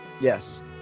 Yes